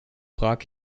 prag